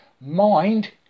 Mind